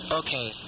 okay